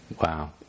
Wow